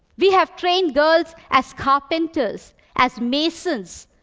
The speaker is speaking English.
we have trained girls as carpenters, as masons,